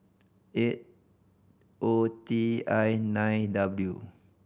eight O T I nine W